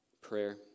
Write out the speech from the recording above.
Prayer